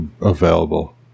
available